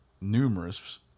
numerous